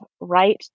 right